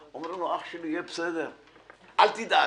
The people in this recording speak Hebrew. אומרים לו: אח שלי, יהיה בסדר, אל תדאג,